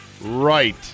right